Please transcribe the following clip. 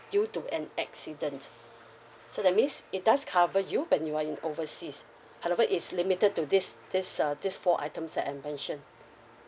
due to an accident so that means it does cover you when you are in overseas however is limited to this this uh this four items that I mentioned